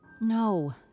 No